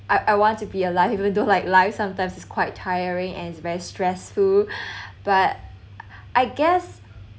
I want to be alive even though like life sometimes is quite tiring and it's very stressful but I guess